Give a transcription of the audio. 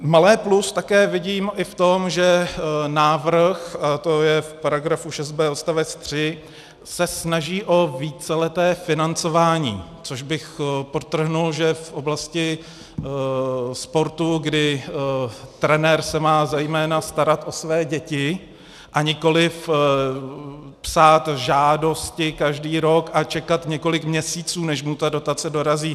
Malé plus také vidím i v tom, že návrh, to je v § 6b odst. 3, se snaží o víceleté financování, což bych podtrhl, že v oblasti sportu, kdy trenér se má zejména starat o své děti a nikoliv psát žádosti každý rok a čekat několik měsíců, než mu ta dotace dorazí.